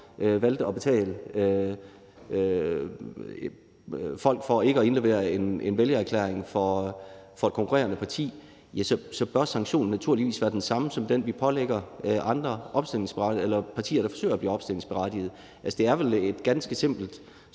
valgte at betale folk for ikke at indlevere en vælgererklæring for et konkurrerende parti, så bør sanktionen naturligvis være den samme som den, vi pålægger andre partier, der forsøger at blive opstillingsberettiget. Det er vel et ganske simpelt